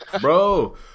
bro